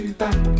back